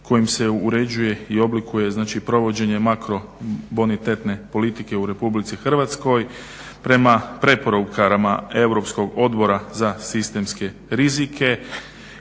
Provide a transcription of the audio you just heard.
kojim se uređuje i oblikuje, znači provođenje makrobonitetne politike u RH prema preporukama Europskog odbora za sistemske rizike